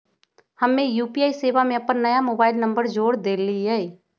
हम्मे यू.पी.आई सेवा में अपन नया मोबाइल नंबर जोड़ देलीयी